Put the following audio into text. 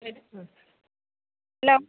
hello